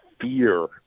fear